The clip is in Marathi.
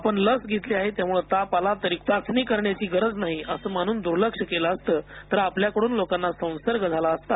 आपण लस घेतली आहे त्यामुळे ताप आला तरी कोणतीही चाचणी करण्याची गरज नाही असे मानून द्र्लक्ष केले असते तर आपल्याकडून लोकांना संसर्ग झाला असता